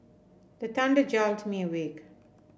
the thunder jolt me awake